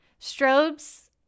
strobe's